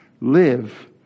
Live